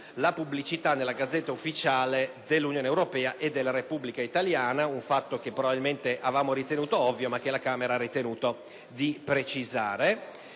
la pubblicità nella *Gazzetta Ufficiale* dell'Unione europea e della Repubblica italiana; è un aspetto che in Senato avevamo considerato ovvio, ma che la Camera ha ritenuto di dover precisare.